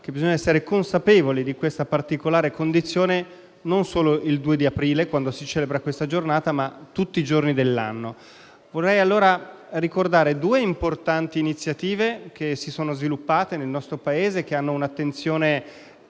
bisogna essere consapevoli di questa particolare condizione non solo il 2 aprile, quando si celebra questa giornata, ma tutti i giorni dell'anno. Vorrei allora ricordare due importanti iniziative che si sono sviluppate nel nostro Paese e che hanno ricevuto un'attenzione importante